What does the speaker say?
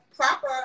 Proper